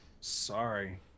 Sorry